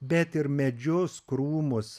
bet ir medžius krūmus